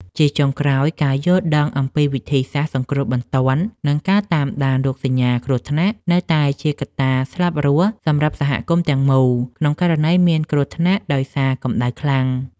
ជាចុងក្រោយ ការយល់ដឹងអំពីវិធីសាស្ត្រសង្គ្រោះបន្ទាន់ និងការតាមដានរោគសញ្ញាគ្រោះថ្នាក់ នៅតែជាកត្តាស្លាប់រស់សម្រាប់សហគមន៍ទាំងមូល ក្នុងករណីមានគ្រោះថ្នាក់ដោយសារកម្ដៅខ្លាំង។